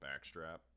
backstrap